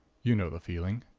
you know the feeling.